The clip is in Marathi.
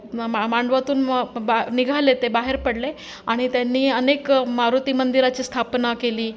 मा मा मांडवातून बा निघाले ते बाहेर पडले आणि त्यांनी अनेक मारुती मंदिराची स्थापना केली